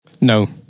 No